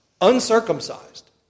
Uncircumcised